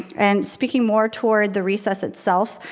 and speaking more toward the recess itself,